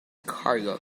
cargo